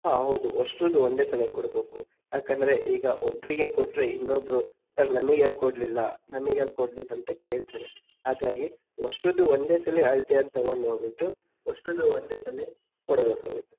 ಹಾಂ ಹೌದು ಅಷ್ಟ್ರುದ್ದು ಒಂದೇ ಸಲ ಕೊಡ್ಬೇಕು ಯಾಕಂದರೆ ಈಗ ಒಬ್ಬರಿಗೆ ಕೊಟ್ಟರೆ ಇನ್ನೊಬ್ಬರು ಸರ್ ನಮಗ್ ಯಾಕೆ ಕೊಡಲಿಲ್ಲ ನಮಗ್ ಯಾಕೆ ಕೊಡಲಿಲ್ಲ ಅಂತ ಕೇಳ್ತಾರೆ ಹಾಗಾಗಿ ಅಷ್ಟ್ರುದ್ದು ಒಂದೇ ಸಲ ಅಳ್ತೆಯನ್ನು ತಗೊಂಡು ಹೋಗಿಬಿಟ್ಟು ಅಷ್ಟ್ರುದ್ದೂ ಒಂದೇ ಸಲ ಕೊಡಬೇಕಾಗುತ್ತೆ